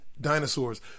dinosaurs